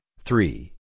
three